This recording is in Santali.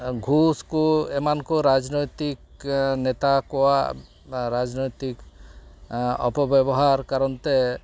ᱜᱷᱩᱥ ᱠᱚ ᱮᱢᱟᱱ ᱠᱚ ᱨᱟᱡᱽᱱᱚᱭᱛᱤᱠ ᱱᱮᱛᱟ ᱠᱚᱣᱟᱜ ᱨᱟᱡᱽᱱᱚᱭᱛᱤᱠ ᱚᱯᱚᱵᱮᱵᱚᱦᱟᱨ ᱠᱟᱨᱚᱱᱛᱮ